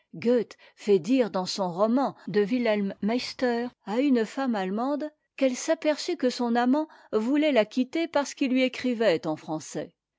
fait dire dans son roman de ae m a em er à une femmeallemande qu'elle s'aperçut que son amant voulait la quitter parce qu'il lui écrivait en français